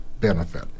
benefit